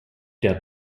der